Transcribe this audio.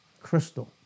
crystal